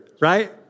right